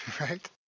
Right